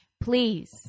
Please